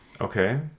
Okay